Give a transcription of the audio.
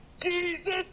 Jesus